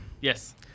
Yes